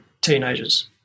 teenagers